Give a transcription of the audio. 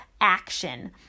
action